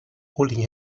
holding